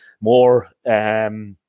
more